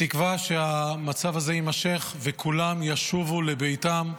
בתקווה שהמצב הזה יימשך וכולם ישובו לביתם,